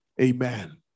Amen